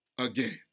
Again